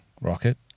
rocket